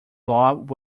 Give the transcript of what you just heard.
bob